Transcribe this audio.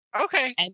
Okay